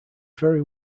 very